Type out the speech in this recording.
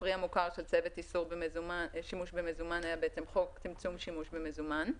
והפרי המוכר של צוות איסור שימוש במזומן היה חוק צמצום שימוש במזומן.